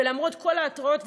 ולמרות כל ההתראות,